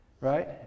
right